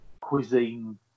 cuisine